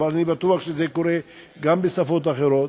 אבל אני בטוח שזה קורה גם בשפות אחרות.